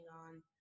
on